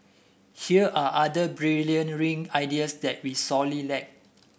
here are other brilliant ring ideas that we sorely lack